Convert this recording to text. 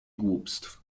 głupstw